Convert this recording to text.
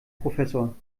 professor